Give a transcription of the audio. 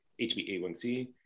HbA1c